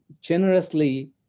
generously